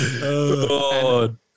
God